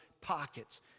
pockets